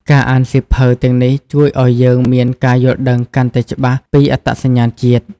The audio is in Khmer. ការអានសៀវភៅទាំងនេះជួយឲ្យយើងមានការយល់ដឹងកាន់តែច្បាស់ពីអត្តសញ្ញាណជាតិ។